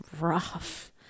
rough